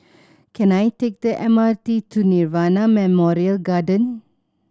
can I take the M R T to Nirvana Memorial Garden